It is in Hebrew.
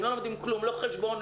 הם לא לומדים כלום לא חשבון,